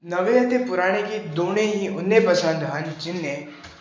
ਨਵੇਂ ਅਤੇ ਪੁਰਾਣੇ ਗੀਤ ਦੋਨੇ ਹੀ ਉੱਨੇ ਪਸੰਦ ਹਨ ਜਿੰਨੇ